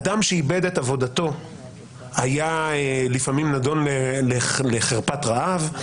אדם שאיבד את עבודתו היה לפעמים נדון לחרפת רעב,